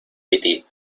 piti